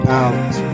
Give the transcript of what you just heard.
out